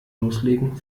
loslegen